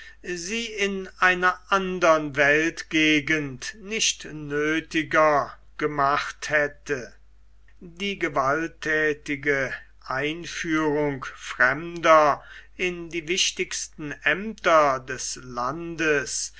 sie in einer andern weltgegend nicht nöthiger gemacht hätte die gewalttätige einführung fremder in die wichtigsten aemter des landes